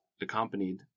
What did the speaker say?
Accompanied